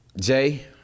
Jay